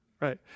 right